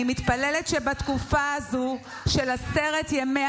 אני מתפללת שבתקופה הזו של עשרת ימי